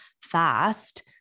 fast